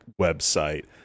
website